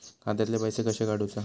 खात्यातले पैसे कशे काडूचा?